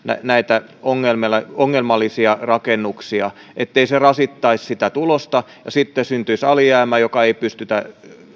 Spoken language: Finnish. näitä ongelmallisia rakennuksia ettei se rasittaisi sitä tulosta ja sitten syntyisi alijäämää jota ei pystytä